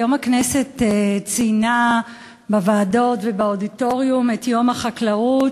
היום הכנסת ציינה בוועדות ובאודיטוריום את יום החקלאות.